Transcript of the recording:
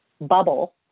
bubble